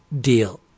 deal